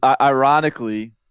ironically